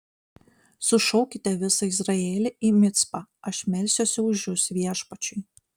sušaukite visą izraelį į micpą aš melsiuosi už jus viešpačiui